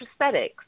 prosthetics